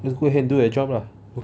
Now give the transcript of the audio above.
just go ahead and do that job lah